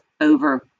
over